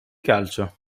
calcio